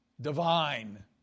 Divine